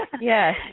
Yes